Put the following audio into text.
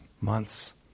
months